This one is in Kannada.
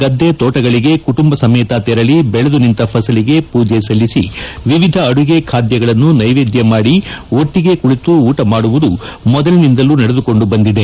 ಗದ್ದೆ ತೋಟಗಳಿಗೆ ಕುಟುಂಬ ಸಮೇತ ತೆರಳಿ ಬೆಳೆದು ನಿಂತ ಫಸಲಿಗೆ ಮೂಜಿ ಸಲ್ಲಿಸಿ ವಿವಿಧ ಅಡುಗೆ ಖಾದ್ಯಗಳನ್ನು ನೈವೇದ್ಯ ಮಾಡಿ ಒಟ್ಟಿಗೆ ಕುಳಿತು ಊಟ ಮಾಡುವುದು ಮೊದಲಿನಿಂದಲೂ ನಡೆದುಕೊಂಡು ಬಂದಿದೆ